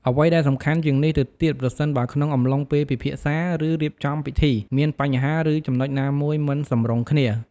អ្វីដែលសំខាន់ជាងនេះទៅទៀត ប្រសិនបើក្នុងអំឡុងពេលពិភាក្សា ឬរៀបចំពិធី មានបញ្ហាឬចំណុចណាមួយមិនសម្រុងគ្នា។